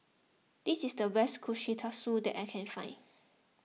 this is the best Kushikatsu that I can find